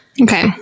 Okay